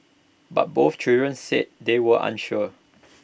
but both children said they were unsure